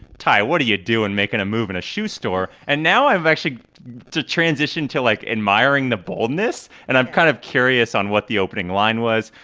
ty, what are you doing and making a move in a shoe store? and now i'm actually to transition to, like, admiring the boldness. and i'm kind of curious on what the opening line was.